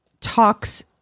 talks